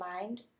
mind